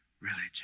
religion